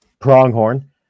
pronghorn